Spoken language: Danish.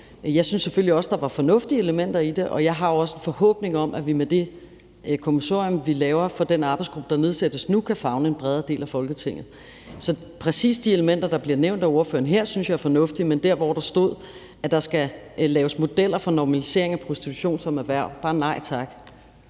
Jeg synes selvfølgelig også, der var fornuftige elementer i det, og jeg har jo også en forhåbning om, at vi med det kommissorium, vi laver for den arbejdsgruppe, der nu nedsættes, kan favne en bredere del af Folketinget. Så præcis de elementer, der bliver nævnt af ordføreren her, synes jeg er fornuftige, men i forhold til det, der stod, om, at der skal laves modeller for en normalisering af prostitution som erhverv, så er det bare